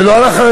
ולא על החרדים.